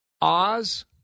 Oz